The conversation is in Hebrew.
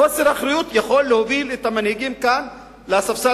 חוסר אחריות יכול להוביל את המנהיגים כאן לספסל